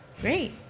Great